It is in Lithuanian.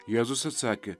jėzus atsakė